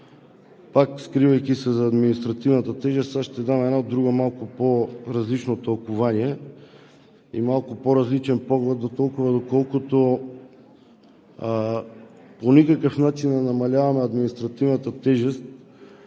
пак скривайки се зад административната тежест, ще дам едно друго малко по-различно тълкувание и малко по-различен поглед, дотолкова доколкото по никакъв начин не намаляваме административната тежест,